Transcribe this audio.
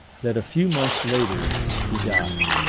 that a few months later he died.